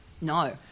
No